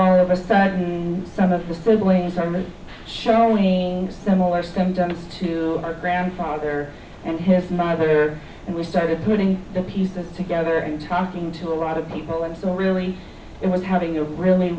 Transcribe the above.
all of a sudden some of the siblings are missed showing similar symptoms to our grandfather and his mother and we started putting the pieces together and talking to a lot of people and so really it was having a really